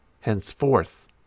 henceforth